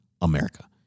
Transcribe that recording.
America